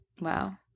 Wow